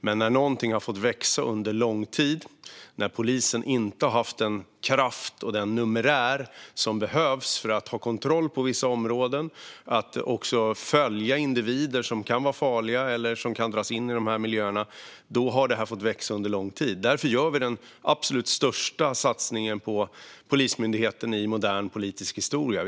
Men när polisen under lång tid inte haft den kraft och den numerär som behövs för att ha kontroll över vissa områden och följa individer som kan vara farliga eller kan dras in i dessa miljöer har detta kunnat växa. Därför gör vi nu den absolut största satsningen på Polismyndigheten i modern politisk historia.